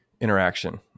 interaction